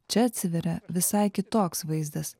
čia atsiveria visai kitoks vaizdas